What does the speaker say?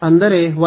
ಅಂದರೆ 1